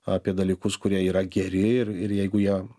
apie dalykus kurie yra geri ir ir jeigu jie